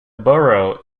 borough